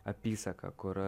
apysaką kur